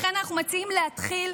לכן אנחנו מציעים להתחיל,